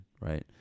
right